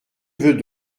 veux